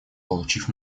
получив